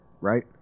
right